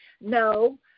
no